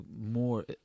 more